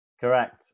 Correct